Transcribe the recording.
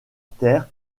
terre